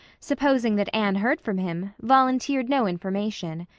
supposing that anne heard from him, volunteered no information.